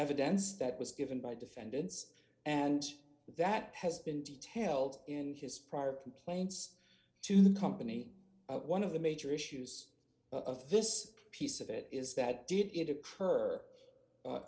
evidence that was given by defendants and that has been detailed in his prior complaints to the company one of the major issues of this piece of it is that did it occur